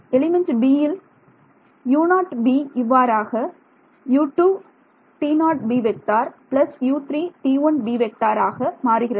element b யில்U0b இவ்வாறாக மாறுகிறது